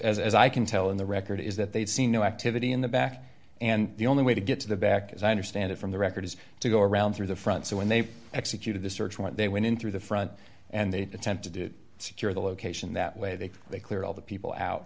is as i can tell in the record is that they see no activity in the back and the only way to get to the back as i understand it from the record is to go around through the front so when they executed the search when they went in through the front and they attempted to secure the location that way they they clear all the people out